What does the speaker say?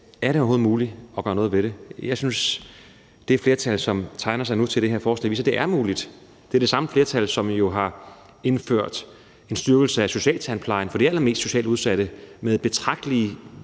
er det overhovedet muligt at gøre noget ved det? Jeg synes, at det flertal, der tegner sig nu til det her forslag, viser, at det er muligt, for det er det samme flertal, som har indført en styrkelse af socialtandplejen for de allermest socialt udsatte med betragtelige